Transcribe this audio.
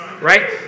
right